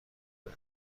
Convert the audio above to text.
بود